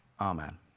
Amen